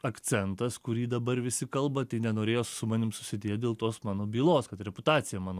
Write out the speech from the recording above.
akcentas kurį dabar visi kalba tai nenorėjo su manim susidėt dėl tos mano bylos kad reputacija mano